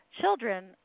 children